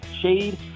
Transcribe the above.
shade